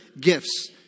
gifts